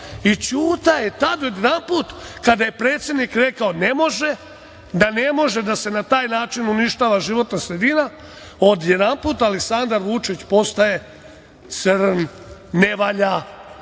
I Ćuta je tad odjedanput, kada je predsednik rekao – ne može, da ne može da se na taj način uništava životna sredina, odjedanput Aleksandar Vučić postaje crn, ne valja,